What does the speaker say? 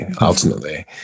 ultimately